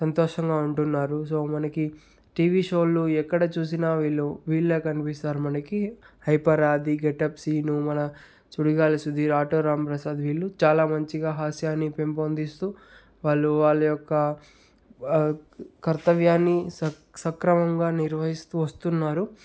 సంతోషంగా ఉంటున్నారు సో మనకి టీవీ షోలు ఎక్కడ చూసిన వీళ్ళు వీళ్ళే కనిపిస్తారు మనకి హైపర్ ఆది గెటప్ శీను మన సుడిగాలి సుధీర్ ఆటో రాంప్రసాద్ వీళ్ళు చాలా మంచిగా హాస్యాన్నిపెంపొందిస్తూ వాళ్ళు వాళ్ళ యొక్క కర్తవ్యాన్ని సక్ సక్రమంగా నిర్వహిస్తూ వస్తున్నారు